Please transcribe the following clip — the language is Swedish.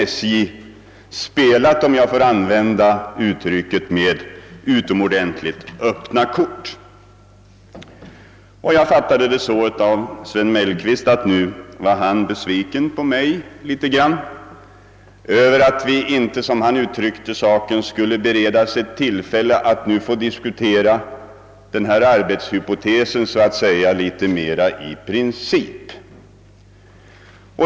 Jag anser att SJ har spelat med utomordentligt öppna kort, men jag fattade det som om herr Mellqvist vore litet besviken på mig för att vi inte skulle beredas tillfälle att diskutera denna arbetshypotes så att säga litet mer i princip.